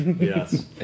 Yes